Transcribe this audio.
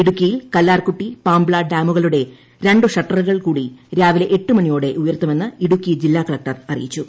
ഇടുക്കിയിൽ കല്ലാർകുട്ടി പാംബ്ല ഡാമുകളുടെ രണ്ട് ഷട്ടറുകൾ കൂടി രാവിലെ എട്ട് മണിയോടെ ഉയർത്തുമെന്ന് ഇടുക്കി ജില്ലാ കളക്ടർ അറിയിച്ചു